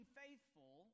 faithful